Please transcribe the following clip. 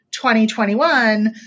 2021